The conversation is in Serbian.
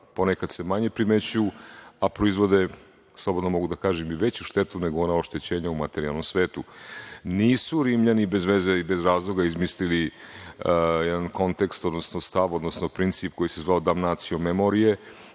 ponekad se manje primećuju, a proizvode, slobodno mogu da kažem, veću štetu nego ona oštećenja u materijalnom svetu. Nisu Rimljani bez razloga izmislili jedan kontekst, odnosno stav, odnosno princip koji se zvao „damnacio memorije“.